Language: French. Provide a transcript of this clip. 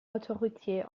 autoroutier